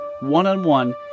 one-on-one